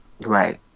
Right